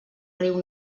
riu